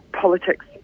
politics